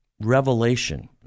revelation